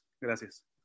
gracias